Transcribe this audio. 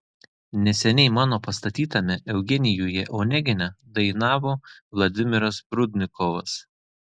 neseniai mano pastatytame eugenijuje onegine dainavo vladimiras prudnikovas